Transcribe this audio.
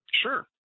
Sure